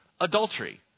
adultery